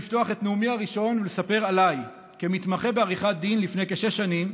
לפתוח את נאומי הראשון ולספר עליי כמתמחה בעריכת דין לפני כשש שנים.